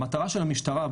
המטרה של המשטרה,